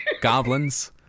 goblins